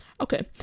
okay